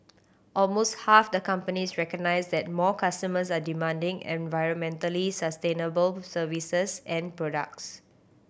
almost half the companies recognise that more customers are demanding environmentally sustainable services and products